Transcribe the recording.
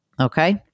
Okay